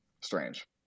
strange